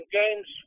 games